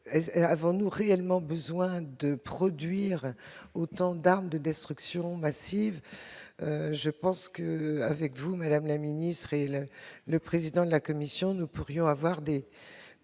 avant-nous réellement besoin de produire autant d'armes de destruction massive, je pense que, avec vous, Madame la Ministre, le président de la Commission, nous pourrions avoir des